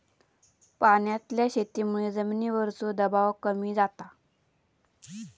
पाण्यातल्या शेतीमुळे जमिनीवरचो दबाव कमी जाता